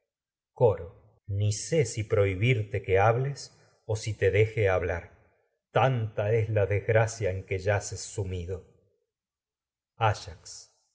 coro ni hablar sé si prohibirte que hables o si te deje tanta es la desgracia en que yaces sumido ayax